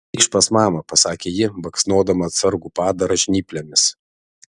eikš pas mamą pasakė ji baksnodama atsargų padarą žnyplėmis